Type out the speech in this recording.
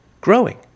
growing